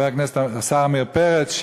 השר עמיר פרץ,